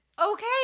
okay